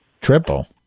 Triple